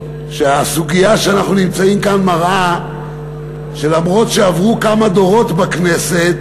שהסוגיה שאנחנו נמצאים בגללה כאן מראה שלמרות שעברו כמה דורות בכנסת,